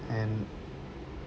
and